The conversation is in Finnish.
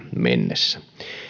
mennessä